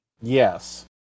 Yes